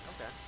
Okay